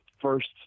first